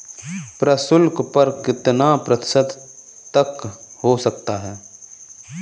प्रशुल्क कर कितना प्रतिशत तक हो सकता है?